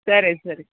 ಸರಿ ಸರಿ